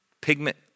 pigment